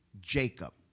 Jacob